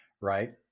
right